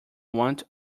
want